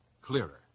clearer